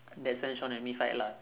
that's when shawn and me fight lah